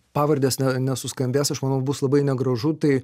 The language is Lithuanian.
pavardės ne nesuskambės aš manau bus labai negražu tai